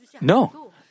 No